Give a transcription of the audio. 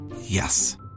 Yes